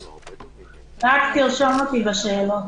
תרשום אותי בשאלות.